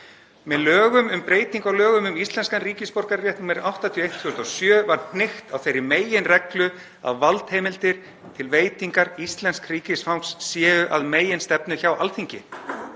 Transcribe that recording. „Með lögum um breytingu á lögum um íslenskan ríkisborgararétt, nr. 81/2007, var hnykkt á þeirri meginreglu að valdheimildir til veitingar íslensks ríkisfangs séu að meginstefnu hjá Alþingi